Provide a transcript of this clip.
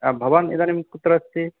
भवान् इदानीं कुत्र अस्ति